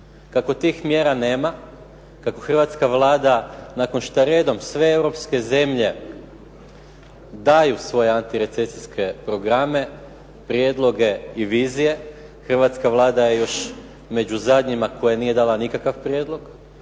Kako tih mjera nema, kako hrvatska Vlada nakon što redom sve europske zemlje daju svoje anti recesijske programe, prijedloge i vizije hrvatska Vlada je još među zadnjima koja nije dala nikakav prijedlog.